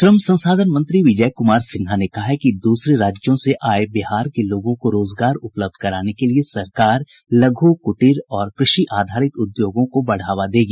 श्रम संसाधन मंत्री विजय कुमार सिन्हा ने कहा है कि दूसरे राज्यों से आये बिहार के लोगों को रोजगार उपलब्ध कराने के लिए सरकार लघु कुटीर और कृषि आधारित उद्योगों को बढ़ावा देगी